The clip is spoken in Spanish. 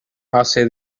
hace